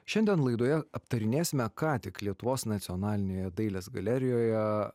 šiandien laidoje aptarinėsime ką tik lietuvos nacionalinėje dailės galerijoje